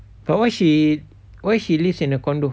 but why she why she lives in a condo